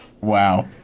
wow